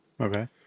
okay